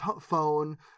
phone